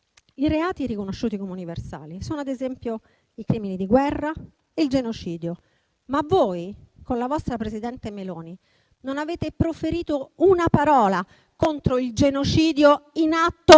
i reati riconosciuti come universali sono, ad esempio, i crimini di guerra e il genocidio. Ma voi, con la vostra presidente Meloni, non avete proferito una parola contro il genocidio in atto